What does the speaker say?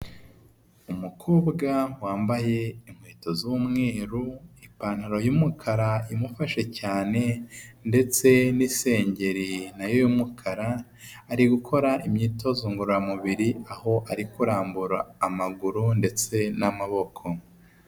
Umukobwa wambaye inkweto z'umweru ipantaro y'umukara imufashe cyane ndetse n'isengeri nayo y'umukara, ari gukora imyitozo ngororamubiri aho ari kurambura amaguru ndetse n'amaboko.